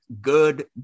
good